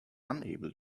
unable